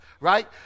Right